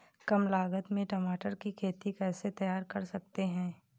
कम लागत में टमाटर की खेती कैसे तैयार कर सकते हैं?